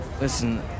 Listen